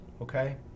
okay